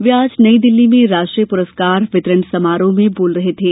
वे आज नई दिल्ली में राष्ट्रीय पुरस्कार वितरण समारोह में बोल रहे थे